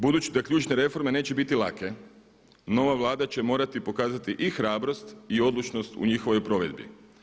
Budući da ključne reforme neće biti lake, nova Vlada će morati pokazati i hrabrost i odlučnost u njihovoj provedbi.